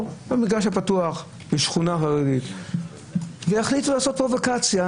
בשכונה חרדית והחליט מישהו לעשות פרובוקציה,